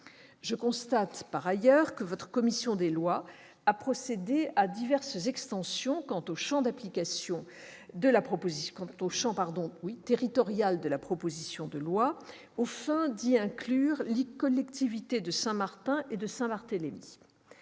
Je constate par ailleurs que votre commission des lois a procédé à diverses extensions quant au champ territorial de la proposition de loi, aux fins d'y inclure les collectivités de Saint-Martin et de Saint-Barthélemy.